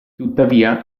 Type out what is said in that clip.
tuttavia